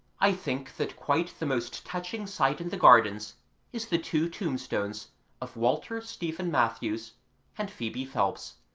i think that quite the most touching sight in the gardens is the two tombstones of walter stephen matthews and phoebe phelps.